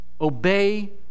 obey